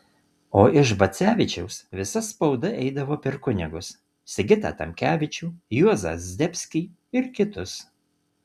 o iš bacevičiaus visa spauda eidavo per kunigus sigitą tamkevičių juozą zdebskį ir kitus